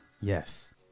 Yes